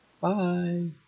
Bye